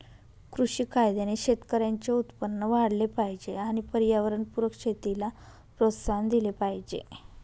कृषी कायद्याने शेतकऱ्यांचे उत्पन्न वाढले पाहिजे आणि पर्यावरणपूरक शेतीला प्रोत्साहन दिले पाहिजे